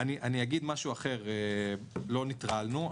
אגיד משהו אחר: לא נטרלנו,